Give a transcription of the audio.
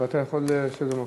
אבל אתה יכול לשבת במקום.